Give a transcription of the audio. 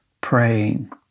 praying